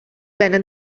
bene